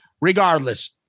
regardless